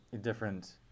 different